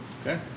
okay